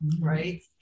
right